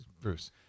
Bruce